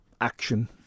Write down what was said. action